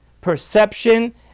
perception